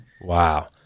Wow